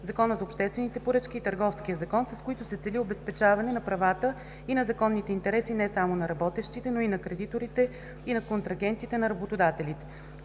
Закона за обществените поръчки и Търговския закон, с които се цели обезпечаване на правата и на законните интереси не само на работещите, но и на кредиторите и контрагентите на работодателите.